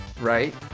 Right